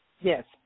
Yes